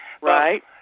Right